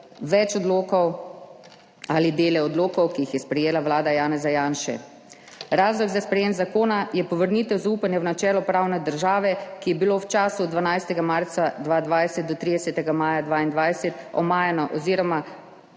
več odlokov ali dele odlokov, ki jih je sprejela vlada Janeza Janše. Razlog za sprejetje zakona je povrnitev zaupanja v načelo pravne države, ki je bilo v času od 12. marca 2020 do 30. maja 2022 omajano, oziroma